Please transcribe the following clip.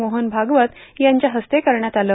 मोहन भागवत यांच्या हस्ते करण्यात आहे